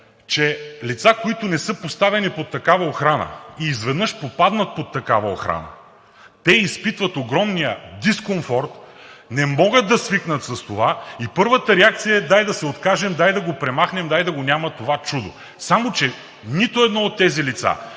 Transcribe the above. че лица, които не са поставени под такава охрана и изведнъж попаднат под такава охрана, те изпитват огромния дискомфорт, не могат да свикнат с това и първата реакция е: дай да се откажем, дай да го премахнем, дай да го няма това чудо. Само че нито едно от тези лица